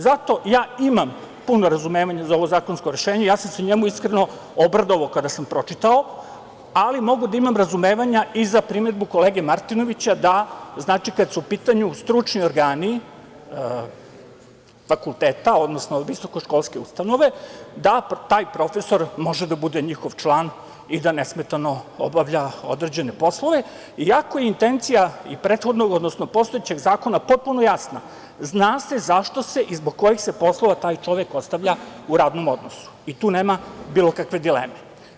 Zato ja imam puno razumevanje za ovo zakonsko rešenje i ja sam se njemu iskreno obradovao kada sam pročitao, ali mogu da imam razumevanja i za primedbu kolege Martinovića da kada su u pitanju stručni organi fakulteta, odnosno visokoškolske ustanove, da taj profesor može da bude njihov član i da nesmetano obavlja određene poslove, iako je intencija i prethodnog odnosno postojećeg zakona potpuno jasna - zna se zašto se i zbog kojih se poslova taj čovek ostavlja u radnom odnosu i tu nema bilo kakve dileme.